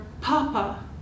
Papa